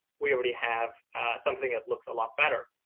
we already have something that looks a lot better.